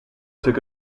took